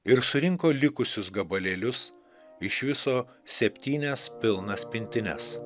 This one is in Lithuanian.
ir surinko likusius gabalėlius iš viso septynias pilnas pintines